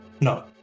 No